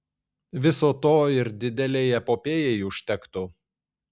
viso to ir didelei epopėjai užtektų